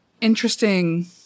interesting